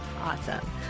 awesome